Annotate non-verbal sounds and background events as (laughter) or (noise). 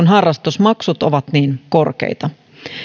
(unintelligible) harrastusmaksut ovat niin korkeita